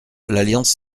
l’alliance